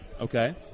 Okay